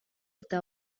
eta